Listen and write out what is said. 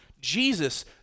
Jesus